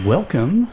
Welcome